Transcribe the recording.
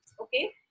Okay